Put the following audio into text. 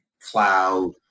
cloud